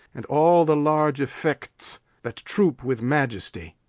and all the large effects that troop with majesty.